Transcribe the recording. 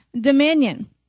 dominion